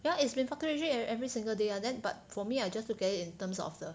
ya it's been fluctuating ev~ every single day ah then but for me I just look at it in terms of the